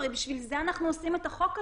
בשביל זה אנחנו עושים את החוק הזה.